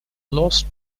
lost